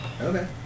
okay